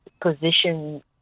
position